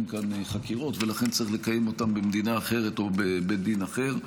כאן חקירות ולכן צריך לקיים אותן במדינה אחרת או בבית דין אחר.